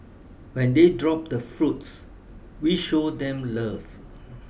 when they drop the fruits we show them love